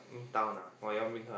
down ah or you want make her